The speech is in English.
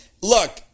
look